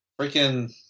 Freaking